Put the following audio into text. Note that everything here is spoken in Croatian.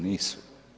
Nisu.